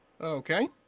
Okay